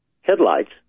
headlights